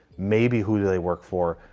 maybe who they work for,